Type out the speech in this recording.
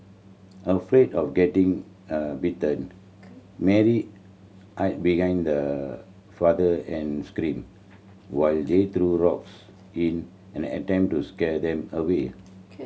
afraid of getting a bitten Mary hid behind her father and screamed while they threw rocks in an attempt to scare them away